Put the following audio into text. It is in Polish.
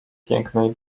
pięknej